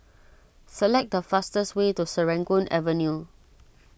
select the fastest way to Serangoon Avenue